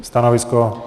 Stanovisko?